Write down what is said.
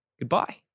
goodbye